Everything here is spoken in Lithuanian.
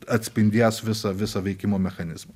atspindės visą visą veikimo mechanizmą